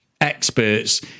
experts